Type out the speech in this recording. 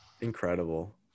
Incredible